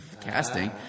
casting